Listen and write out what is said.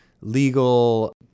legal